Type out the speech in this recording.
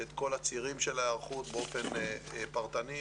את כל הצעדים של ההיערכות באופן פרטני,